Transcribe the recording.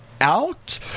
out